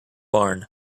barn